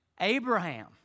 Abraham